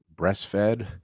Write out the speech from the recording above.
breastfed